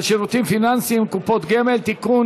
שירותים פיננסיים (קופות גמל) (תיקון,